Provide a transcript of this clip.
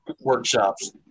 workshops